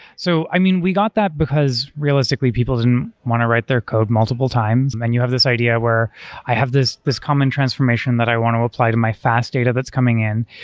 so, i mean, we got that because, realistically, people didn't want to write their code multiple times. and you have this idea where i have this this common transformation that i want to apply to my fast data that's coming in,